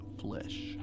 flesh